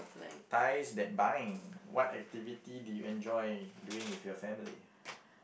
ties that bind what activity do you enjoy doing with your family